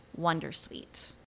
Wondersuite